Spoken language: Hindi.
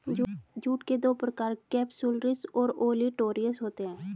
जूट के दो प्रकार केपसुलरिस और ओलिटोरियस होते हैं